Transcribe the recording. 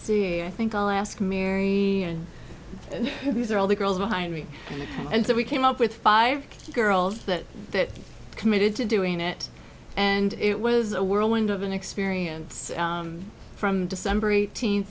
see i think i'll ask mary and these are all the girls behind me and and so we came up with five girls that committed to doing it and it was a whirlwind of an experience from december eighteen